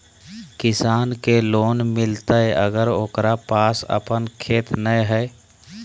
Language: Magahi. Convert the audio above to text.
किसान के लोन मिलताय अगर ओकरा पास अपन खेत नय है?